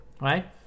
right